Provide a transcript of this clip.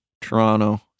Toronto